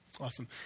Awesome